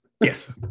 Yes